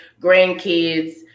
grandkids